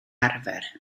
arfer